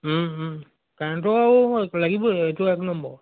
কাৰেণ্টো আৰু লাগিব এইটো এক নম্বৰ